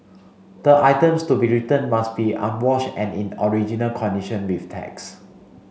the items to be returned must be unwashed and in original condition with tags